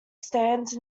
stands